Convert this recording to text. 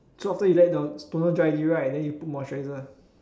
so you let the toner dry already right then you put the moisturizer